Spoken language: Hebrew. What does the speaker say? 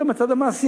אלא גם מהצד המעשי,